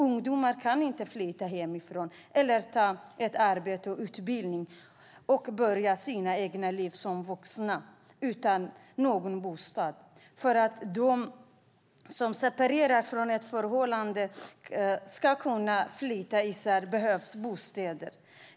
Ungdomar kan inte flytta hemifrån, ta arbete, utbilda sig och börja sina egna liv som vuxna utan någon bostad, och för att de som separerat från ett förhållande ska kunna flytta isär behövs bostäder.